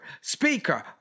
speaker